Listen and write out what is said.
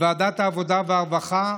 בוועדת העבודה והרווחה,